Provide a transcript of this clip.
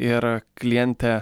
ir klientė